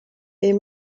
est